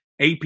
AP